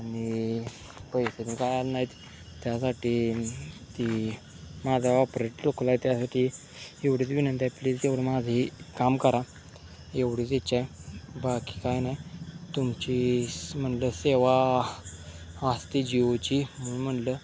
आनि पैसे न त्यासाटी ती माझा ऑपरेट लोकंय त्यासाठी एवढीच विनंतीय प्लीज तेवढी माझंही काम करा एवढीच इच्छा बाकी काय नाय तुमची म्हणलं सेवा असते जिओची म्हणून म्हणलं